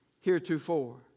heretofore